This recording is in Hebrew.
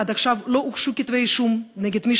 עד עכשיו לא הוגשו כתבי-אישום נגד מי